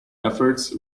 efforts